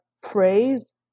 phrase